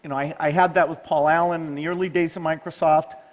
and i had that with paul allen in the early days of microsoft.